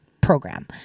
program